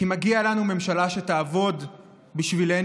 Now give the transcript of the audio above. כי מגיעה לנו ממשלה שתעבוד בשבילנו,